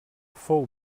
fou